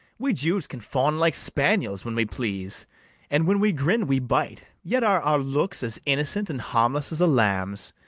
we jews can fawn like spaniels when we please and when we grin we bite yet are our looks as innocent and harmless as a lamb's.